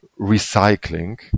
recycling